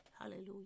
Hallelujah